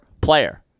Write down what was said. player